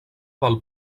del